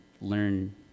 learn